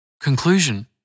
Conclusion